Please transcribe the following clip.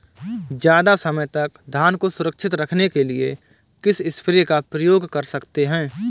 ज़्यादा समय तक धान को सुरक्षित रखने के लिए किस स्प्रे का प्रयोग कर सकते हैं?